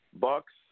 Bucks